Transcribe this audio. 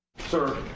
sir,